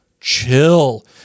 chill